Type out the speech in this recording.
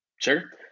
Sure